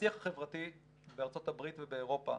השיח החברתי בארצות הברית ובאירופה,